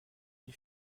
des